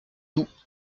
doubs